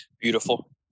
Beautiful